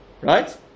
Right